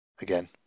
again